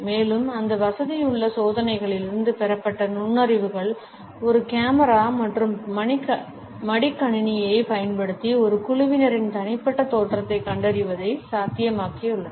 மேலும் அந்த வசதியிலுள்ள சோதனைகளிலிருந்து பெறப்பட்ட நுண்ணறிவுகள் ஒரு கேமரா மற்றும் மடிக்கணினியைப் பயன்படுத்தி ஒரு குழுவினரின் தனிப்பட்ட தோற்றத்தைக் கண்டறிவதை சாத்தியமாக்கியுள்ளன